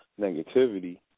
negativity